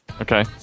Okay